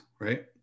right